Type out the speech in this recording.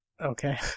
Okay